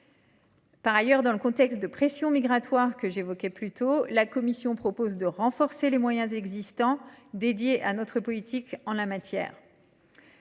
Par ailleurs, dans le contexte de pression migratoire que j’évoquais, la Commission européenne propose de renforcer les moyens existants consacrés à notre politique en la matière.